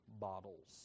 bottles